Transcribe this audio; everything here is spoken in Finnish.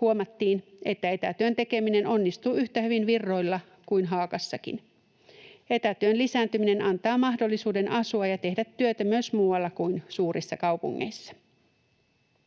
huomattiin, että etätyön tekeminen onnistuu yhtä hyvin Virroilla kuin Haagassakin. Etätyön lisääntyminen antaa mahdollisuuden asua ja tehdä työtä myös muualla kuin suurissa kaupungeissa.